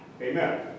Amen